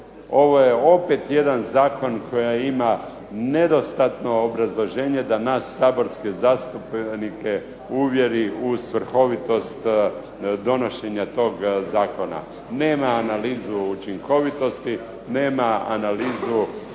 ovo je opet jedan zakon koji ima nedostatno obrazloženje da nas saborske zastupnike uvjeri u svrhovitost donošenja tog zakona. Nema analizu učinkovitosti, nema analizu